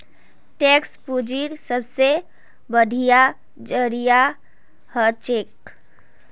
tax पूंजीर सबसे बढ़िया जरिया हछेक